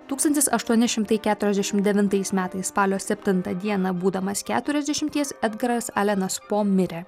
tūkstantis aštuoni šimtai keturiasdešimt devintais metais spalio septintą dieną būdamas keturiasdešimties edgaras allenas po mirė